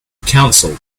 council